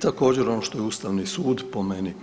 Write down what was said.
Također ono što je Ustavni sud po meni